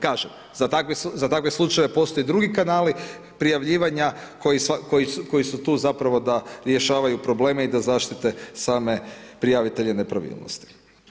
Kažem za takve slučajeve postoje drugi kanali prijavljivanja koji su tu zapravo da rješavaju probleme i da zaštite same prijavitelje nepravilnosti.